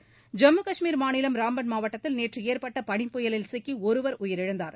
ஐம்மு கஷ்மீர் மாநிலம் ராம்பன் மாவட்டத்தில் நேற்று ஏற்பட்ட பனிப்புயலில் சிக்கி ஒருவர் உயிரிழந்தார்